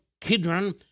Kidron